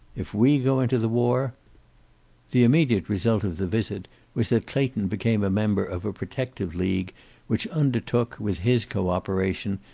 if we go into the war the immediate result of the visit was that clayton became a member of a protective league which undertook, with his cooperation,